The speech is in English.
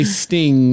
sting